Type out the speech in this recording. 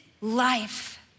life